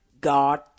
God